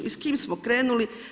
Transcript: I s kime smo krenuli?